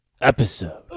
episode